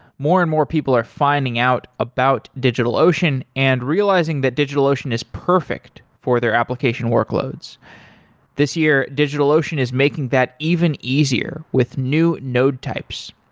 more and more, people are finding out about digitalocean and realizing that digitalocean is perfect for their application workloads this year, digitalocean is making that even easier with new node types.